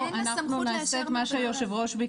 אנחנו נבדוק את זה, אדוני היושב-ראש.